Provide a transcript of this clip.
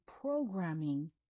programming